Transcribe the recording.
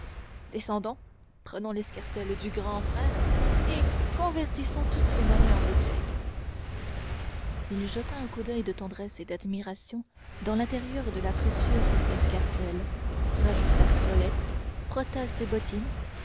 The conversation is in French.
descendons prenons l'escarcelle du grand frère et convertissons toutes ces monnaies en bouteilles il jeta un coup d'oeil de tendresse et d'admiration dans l'intérieur de la précieuse escarcelle rajusta sa toilette frotta ses bottines